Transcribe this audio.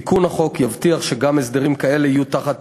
תיקון החוק יבטיח שגם הסדרים כאלה יהיו תחת